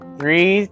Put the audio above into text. Three